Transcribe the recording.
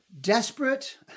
Desperate